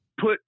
put